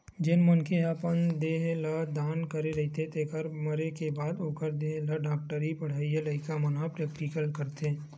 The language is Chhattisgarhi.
जेन मनखे ह अपन देह ल दान करे रहिथे तेखर मरे के बाद ओखर देहे ल डॉक्टरी पड़हइया लइका मन प्रेक्टिकल करथे